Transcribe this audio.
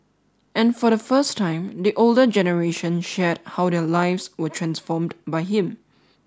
and for the first time the older generation shared how their lives were transformed by him